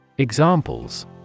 Examples